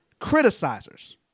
criticizers